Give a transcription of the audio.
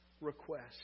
request